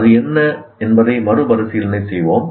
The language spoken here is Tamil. அது என்ன என்பதை மறுபரிசீலனை செய்வோம்